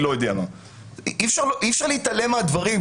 אי אפשר להתעלם מהדברים.